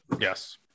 Yes